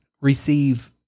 receive